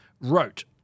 wrote